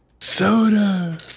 Soda